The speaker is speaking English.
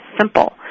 simple